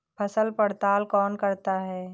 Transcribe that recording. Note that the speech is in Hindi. फसल पड़ताल कौन करता है?